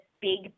big